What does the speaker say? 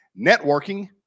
networking